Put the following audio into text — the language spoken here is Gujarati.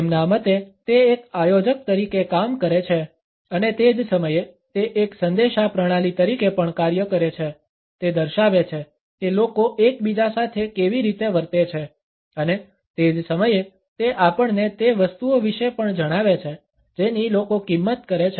તેમના મતે તે એક આયોજક તરીકે કામ કરે છે અને તે જ સમયે તે એક સંદેશા પ્રણાલી તરીકે પણ કાર્ય કરે છે તે દર્શાવે છે કે લોકો એકબીજા સાથે કેવી રીતે વર્તે છે અને તે જ સમયે તે આપણને તે વસ્તુઓ વિશે પણ જણાવે છે જેની લોકો કિંમત કરે છે